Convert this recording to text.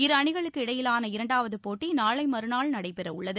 இரு அணிகளுக்கு இடையேயான இரண்டாவது போட்டி நாளை மறுநாள் நடைபெறவுள்ளது